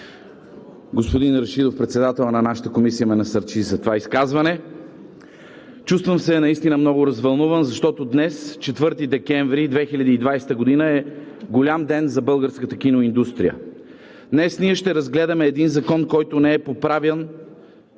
Господин Рашидов, председателят на нашата комисия, ме насърчи за това изказване. Чувствам се наистина много развълнуван, защото днес, 4 декември 2020 г., е голям ден за българската киноиндустрия. Днес ние ще разгледаме един закон, който не е поправян